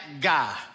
guy